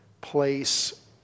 place